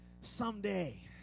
someday